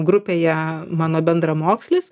grupėje mano bendramokslis